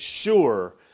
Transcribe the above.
sure